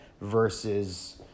versus